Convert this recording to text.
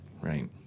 Right